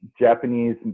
Japanese